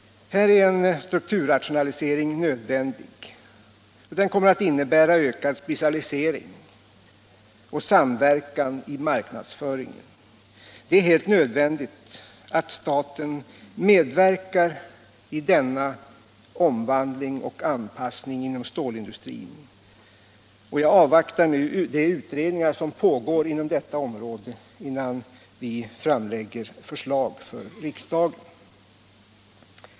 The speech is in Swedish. Här är en strukturrationalisering nödvändig, som innebär ökad specialisering och samverkan i marknadsföringen. Det är helt nödvändigt att staten medverkar i denna omvandling och anpassning inom stålindustrin, men innan jag framlägger förslag för riksdagen avvaktar jag de utredningar som pågår på området.